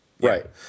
Right